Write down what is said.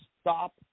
stop